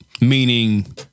Meaning